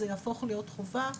זה יהפוך להיות חובה.